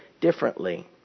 differently